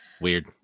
Weird